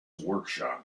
workshop